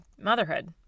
motherhood